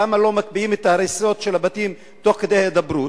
למה לא מקפיאים את ההריסות של הבתים תוך כדי ההידברות?